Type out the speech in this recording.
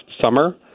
summer